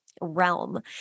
realm